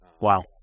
wow